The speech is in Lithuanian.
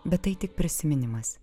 bet tai tik prisiminimas